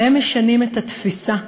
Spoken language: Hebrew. והם משנים את התפיסה,